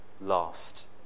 last